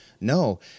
No